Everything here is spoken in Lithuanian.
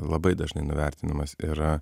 labai dažnai nuvertinimas yra